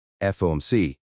FOMC